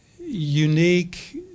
unique